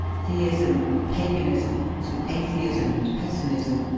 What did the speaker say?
theism, pagan ism, to atheism and pessimism,